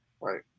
right